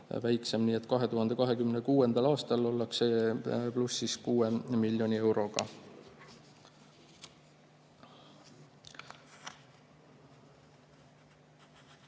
väiksem, nii et 2026. aastal ollakse plussis 6 miljoni euroga.